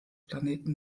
planeten